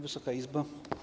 Wysoka Izbo!